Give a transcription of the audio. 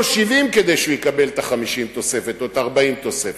70 כדי שהוא יקבל את ה-50 תוספת או את ה-40 תוספת.